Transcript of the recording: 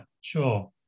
sure